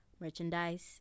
merchandise